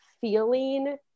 feeling